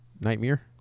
Nightmare